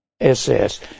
SS